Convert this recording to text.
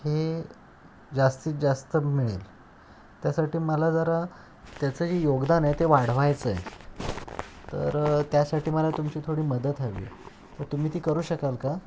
हे जास्तीत जास्त मिळेल त्यासाठी मला जरा त्याचं जे योगदान आहे ते वाढवायचं आहे तर त्यासाठी मला तुमची थोडी मदत हवी तर तुम्ही ती करू शकाल का